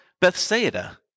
Bethsaida